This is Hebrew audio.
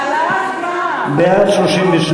בעד, 32,